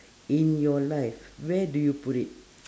in your life where do you put it